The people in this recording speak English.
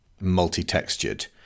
Multi-textured